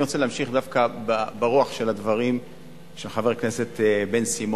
אני רוצה להמשיך דווקא ברוח של הדברים של חבר הכנסת בן-סימון,